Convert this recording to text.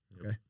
okay